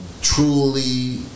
truly